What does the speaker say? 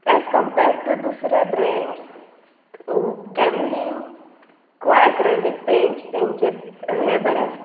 as compared to दुसरे brands Camlin वा acrylic paints हेंचे हे बरें आसता